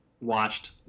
watched